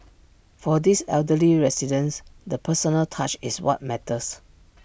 for these elderly residents the personal touch is what matters